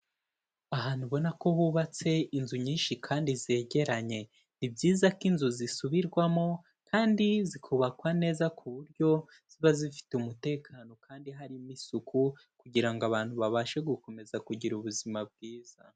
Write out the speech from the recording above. Ahantu ubona ko hubatse inzu nyinshi kandi zegeranye, ni byiza ko inzu zisubirwamo kandi zikukwa neza ku buryo ziba zifite umutekano kandi harimo isuku kugira ngo abantu babashe gukomeza kugira ubuzima bwiza.